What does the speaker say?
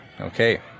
Okay